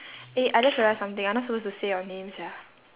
eh I just realised something I'm not supposed to say your name sia